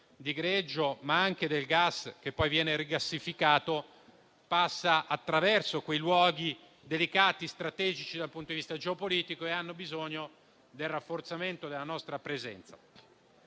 di greggio, ma anche del gas liquido che poi viene rigassificato; passano attraverso quei luoghi delicati e strategici dal punto di vista geopolitico e hanno bisogno del rafforzamento della nostra presenza.